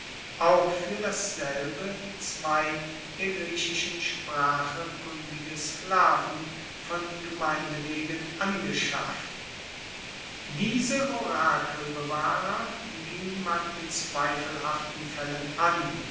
auch fuer dasselbe zwei der griechischen sprache kundige sklaven von gemeinde wegen angeschafft diese orakelbewahrer ging man in zweifelhaften faellen an